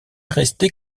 resté